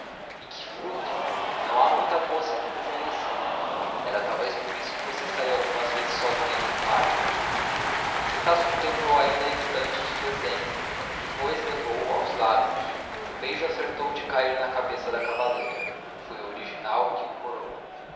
e que fruto não há muita moça que desenhe assim era talvez por isso que você saía algumas vezes sozinha com o pajem estácio contemplou ainda instantes o desenho depois levou-o aos lábios o beijo acertou de cair na cabeça da cavaleira foi o original que corou